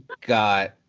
got